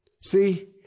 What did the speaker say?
See